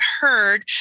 heard